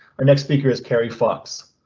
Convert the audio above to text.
our next speaker is kerry fox.